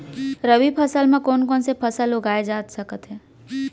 रबि फसल म कोन कोन से फसल उगाए जाथे सकत हे?